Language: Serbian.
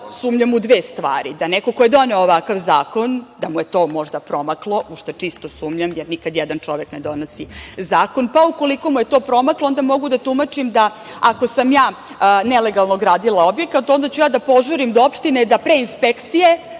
sumnjam u dve stvari. Da neko ko je doneo ovaj zakon da mu je to možda promaklo, u šta čisto sumnjam jer nikad jedan čovek ne donosi zakon, pa ukoliko mu je to promaklo, onda mogu da tumačim da ako sam ja nelegalno ogradila objekat onda ću ja da požurim da pre inspekcije